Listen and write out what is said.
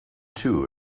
two